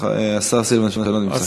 השר סילבן שלום נמצא.